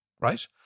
right